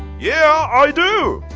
yeah i do!